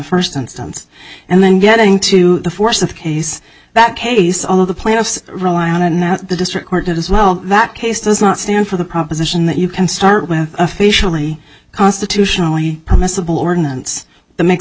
instance and then getting to the force of the case that case all of the playoffs rely on it and that the district court as well that case does not stand for the proposition that you can start with officially constitutionally permissible ordinance that makes